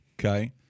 okay